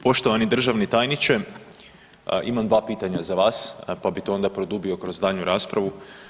Poštovani državni tajniče, imam dva pitanja za vas pa bi to onda produbio kroz daljnju raspravu.